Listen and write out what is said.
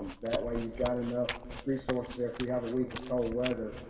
that way you've got enough resources. if you have a week of cold weather.